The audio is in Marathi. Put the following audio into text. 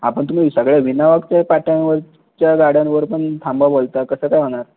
हां पण तुम्ही सगळ्या विनावाहकच्या पाट्यांवरच्या गाड्यांवर पण थांबा बोलता कसं काय होणार